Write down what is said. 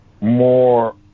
more